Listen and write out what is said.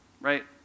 right